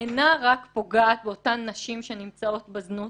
אינה רק פוגעת באותן נשים שנמצאות בזנות,